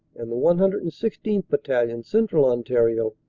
and the one hundred and sixteenth. battalion, central ontario,